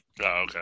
okay